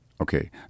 Okay